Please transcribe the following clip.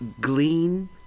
Glean